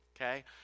Okay